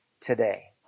today